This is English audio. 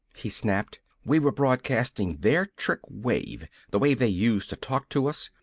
he snapped. we were broadcastin' their trick wave the wave they used to talk to us!